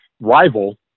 rival